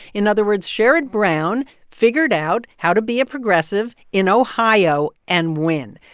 in other words, sherrod brown figured out how to be a progressive in ohio and win.